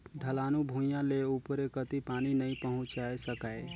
ढलानू भुइयां ले उपरे कति पानी नइ पहुचाये सकाय